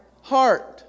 heart